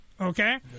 Okay